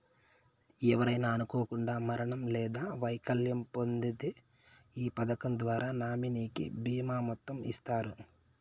ఎవరైనా అనుకోకండా మరణం లేదా వైకల్యం పొందింతే ఈ పదకం ద్వారా నామినీకి బీమా మొత్తం ఇస్తారు